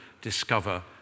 discover